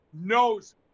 knows